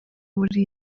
muri